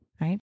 right